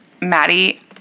Maddie